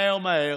מהר מהר,